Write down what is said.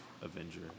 Avenger